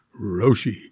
Roshi